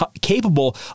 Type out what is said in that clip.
capable